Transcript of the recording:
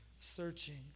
searching